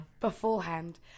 Beforehand